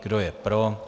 Kdo je pro?